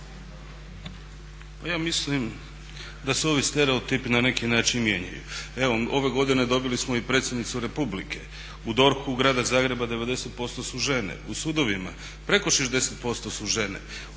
ja mislim da se ovi stereotipi na neki način mijenjaju. Evo ove godine dobili smo i predsjednicu Republike. U DORH-u grada Zagreba 90% su žene. U sudovima, preko 60% su žene.